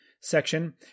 section